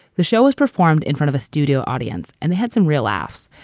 the show was performed in front of a studio audience and they had some real laughs,